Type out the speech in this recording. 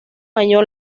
año